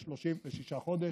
ל-36 חודשים,